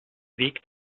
weg